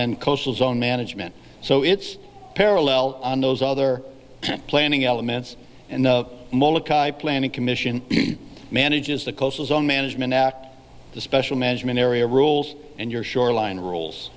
then coastal zone management so it's parallel on those other planning elements and the planning commission manages the coastal zone management act special management area rules and your shoreline rules